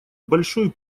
большой